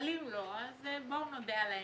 אבל אם לא אז בואו נודה על האמת.